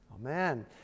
Amen